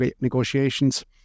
negotiations